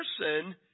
person